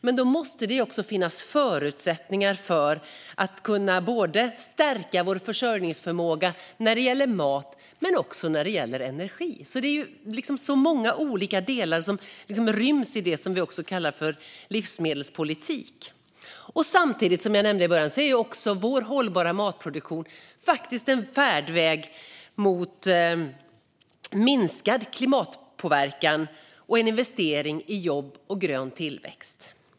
Men då måste det också finnas förutsättningar att stärka vår försörjningsförmåga både när det gäller mat och när det gäller energi. Det är alltså många olika delar som ryms i det som vi kallar för livsmedelspolitik. Samtidigt, som jag nämnde i början, är vår hållbara matproduktion också en färdväg mot minskad klimatpåverkan och en investering i jobb och grön tillväxt.